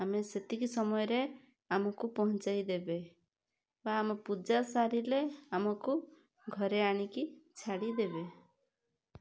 ଆମେ ସେତିକି ସମୟରେ ଆମକୁ ପହଞ୍ଚେଇ ଦେବେ ବା ଆମ ପୂଜା ସାରିଲେ ଆମକୁ ଘରେ ଆଣି କି ଛାଡ଼ି ଦେବେ